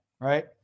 right